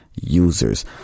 users